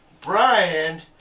Brian